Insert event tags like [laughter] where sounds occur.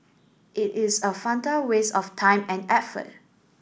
it is a [unintelligible] waste of time and effort